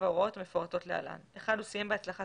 ההוראות המפורטות להלן: הוא סיים בהצלחה